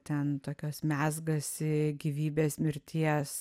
ten tokios mezgasi gyvybės mirties